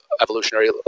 evolutionary